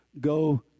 go